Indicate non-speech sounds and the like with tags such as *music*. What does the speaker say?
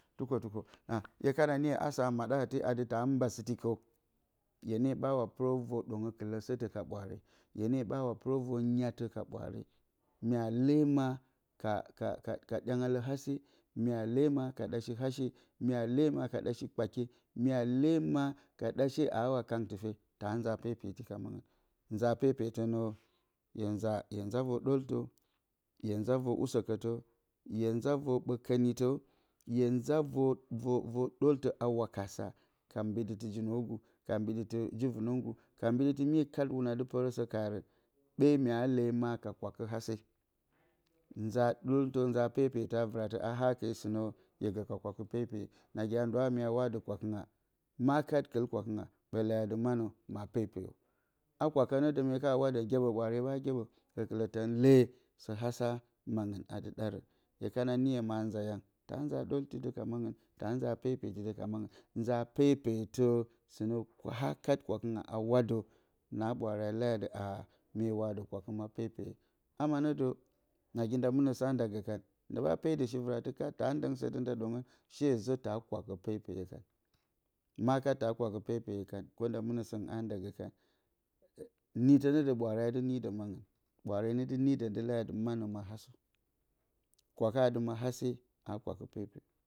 Twukətukə a yekana niyə asə a maɗa a dɨ ta mbasɨtɨ hye nə ɓa wa pɨrə və ɗəngə kɨləsətə ka ɓwaare lye ne ɓa we pɨrə vər nyatə ka ɓwaare myea le ma ka ka ka ka ɗyanga lə hase myea le ma ka ɗashi hashe myea le ma ka ɗashi kpake nya le ma ka ɗashe a we kang təfe a nza pepeti ka mangɨn nza pepetənə hye nza hye nza vər ɗltə, hye nza vər usəkətə, hye nza vər ɓə kənitə, hye nza vər vər vər ɗoltə a wakasa ka mbiɗi tɨ ji-nwogə ka mbiɗi tɨ ji- vənəgu ka mbi dɨi tɨ mye kat hwuna dɨ pɨrəsə karə ɓe mye le ma ka kwakɨ hase nza ɗoltə nza pepetə a vɨratə a hatɨ sɨnə hye gə ka kwakɨ pepeye nagi a ndwo ha nya wadə kwakɨnga ma kat kɨl kwakɨn ɓə leyə atɨ manə ma pepeayə a kwakɨ nə də mye ka wadən gyeɓə ɓwaare ɓə gyeɓə gəkələ tənle sə hasa mangɨn a dɨ ɗa rə iye kana niyə ma nza yan, ta nza ɗolti də ka mang ta nza pepeti də ka mangɨn nza pepetə sɨnə ha kat kwakɨnga a wa də na ɓwaare a leyə a dɨ aa hye wadə kwakɨ ma pepeye ama nədə nagi nda mɨnə sa nda gə kan ndə ɓa pedə she vɨratə kat ta ndɨng sə də nda ɗongɨn she zə ta kwakə pepeyə kan ma kat ta kwakə pepeyə kan *unintelligible* nda mɨnə səngɨn a nda gə kan nii tə nə də ɓwaare a dɨ nii də mangɨn ɓwaare ne dɨ nii dən də leyi atɨ ma hasa kwaka dɨ ma hase a kwakə pepeyə.